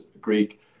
Greek